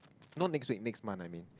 no next week next month I mean